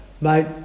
mate